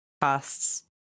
costs